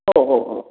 हो हो हो